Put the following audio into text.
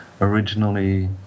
originally